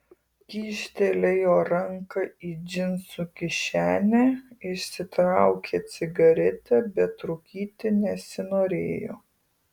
kyštelėjo ranką į džinsų kišenę išsitraukė cigaretę bet rūkyti nesinorėjo